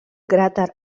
cràter